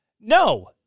No